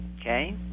Okay